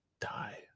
die